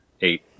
eight